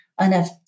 enough